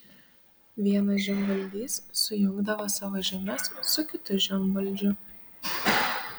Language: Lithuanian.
vienas žemvaldys sujungdavo savo žemes su kitu žemvaldžiu